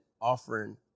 offering